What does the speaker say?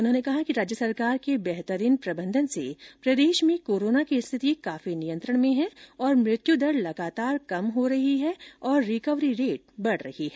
उन्होंने कहा कि राज्य सरकार के बेहतरीन प्रबंधन से प्रदेश में कोरोना की स्थिति काफी नियंत्रण में है और मुत्यु दर लगातार कम हो रही है तथा रिकवरी रेट बढ़ रही है